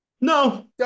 No